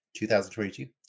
2022